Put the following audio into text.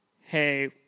hey